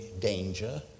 danger